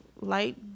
light